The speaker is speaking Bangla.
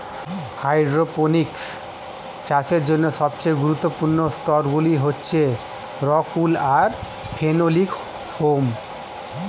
হাইড্রোপনিক্স চাষের জন্য সবচেয়ে গুরুত্বপূর্ণ স্তরগুলি হচ্ছে রক্ উল আর ফেনোলিক ফোম